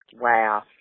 Wow